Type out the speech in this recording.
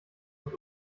und